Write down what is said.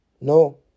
no